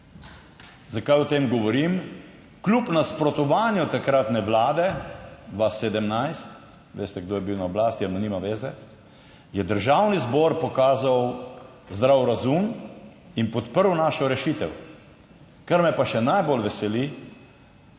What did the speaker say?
Zakaj govorim o tem? Kljub nasprotovanju takratne vlade leta 2017, veste, kdo je bil na oblasti, ampak nima zveze, je Državni zbor pokazal zdrav razum in podprl našo rešitev. Kar me pa še najbolj veseli,